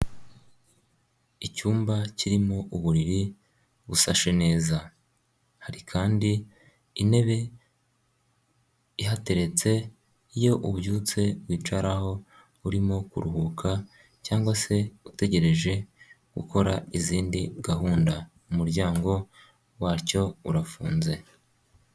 Icyumba kirimo uburiri busashe neza, hari kandi intebe ihateretse iyo ubyutse wicaraho urimo kuruhuka cyangwa se utegereje gukora izindi gahunda, umuryango wacyo urafunze.